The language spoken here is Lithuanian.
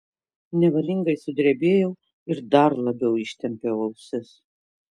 nevalingai sudrebėjau ir dar labiau ištempiau ausis